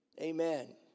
Amen